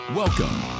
Welcome